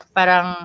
Parang